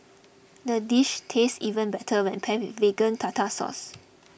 the dish tastes even better when paired with Vegan Tartar Sauce